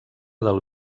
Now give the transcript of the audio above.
del